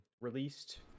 released